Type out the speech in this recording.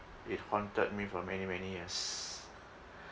it haunted me for many many years